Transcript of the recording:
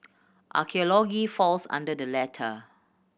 archaeology falls under the latter